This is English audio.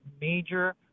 major